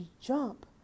jump